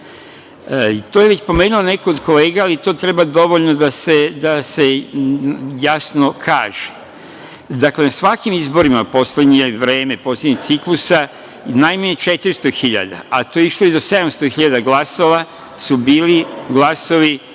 je već pomenuo neko od kolega, ali to treba da se jasno kaže. Dakle, na svakim izborima poslednjih ciklusa, najmanje 400.000, a to je išlo i do 700.000 glasova, su bili glasovi